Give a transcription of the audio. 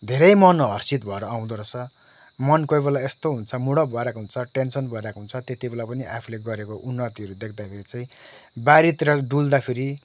धेरै मन हर्षित भएर आउँदो रहेछ मन कोही बेला यस्तो हुन्छ मुड अफ भइरहेको हुन्छ टेन्सन भइरहेको हुन्छ त्यति बेला पनि आफूले गरेको उन्नतिहरू देख्दाखेरि चाहिँ बारीतिर डुल्दाखेरि